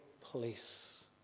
place